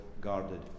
guarded